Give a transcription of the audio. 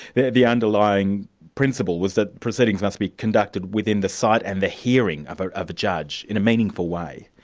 the the underlying principle was that proceedings must be conducted within the sight and the hearing of ah of a judge in a meaningful way.